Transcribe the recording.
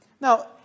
Now